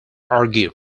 argued